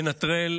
לנטרל